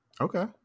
okay